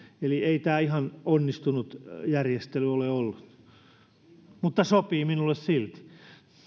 eli ei tämä ihan onnistunut järjestely ole ollut mutta sopii minulle silti